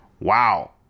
Wow